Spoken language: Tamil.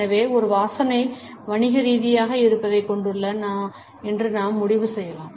எனவே ஒரு வாசனை வணிக ரீதியான இருப்பைக் கொண்டுள்ளது என்று நாம் முடிவு செய்யலாம்